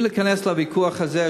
בלי להיכנס לוויכוח הזה,